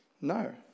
No